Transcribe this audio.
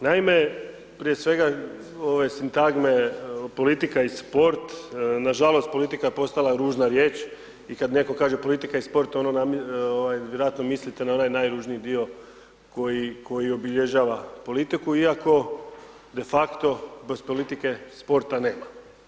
Naime, prije svega ove sintagme politika i sport, nažalost, politika je postala ružna riječ, kada netko kaže politika i sport, ono vjerojatno mislite na onaj najružniji dio koji obilježava politiku, iako de facto, kroz politike sporta nema.